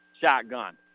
Shotgun